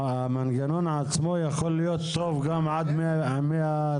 המנגנון עצמו יכול להיות טוב גם עד 100 דיירים.